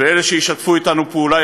ואלה שישתפו אתנו פעולה,